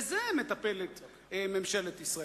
בזה מטפלת ממשלת ישראל.